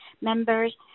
members